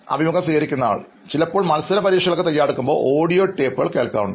അഭിമുഖം സ്വീകരിക്കുന്നയാൾ ചിലപ്പോൾ മത്സരപരീക്ഷകൾ തയ്യാറെടുക്കുമ്പോൾ ഞാൻ ഓഡിയോ ടേപ്പുകൾ കേൾക്കാറുണ്ടായിരുന്നു